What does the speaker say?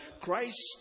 Christ